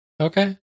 Okay